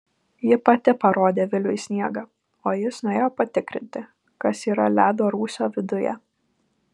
ji pati parodė viliui sniegą o jis nuėjo patikrinti kas yra ledo rūsio viduje